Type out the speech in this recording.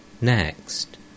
Next